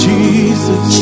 Jesus